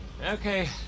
Okay